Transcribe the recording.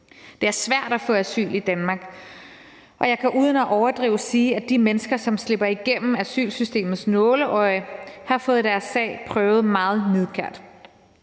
Det er svært at få asyl i Danmark, og jeg kan uden at overdrive sige, at de mennesker, som slipper igennem asylsystemets nåleøje, har fået deres sag prøvet meget nidkært;